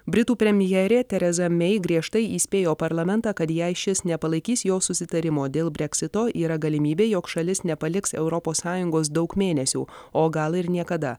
britų premjerė tereza mei griežtai įspėjo parlamentą kad jei šis nepalaikys jos susitarimo dėl breksito yra galimybė jog šalis nepaliks europos sąjungos daug mėnesių o gal ir niekada